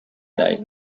night